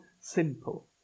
simple